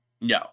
no